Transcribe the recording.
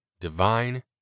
divine